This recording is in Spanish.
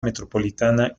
metropolitana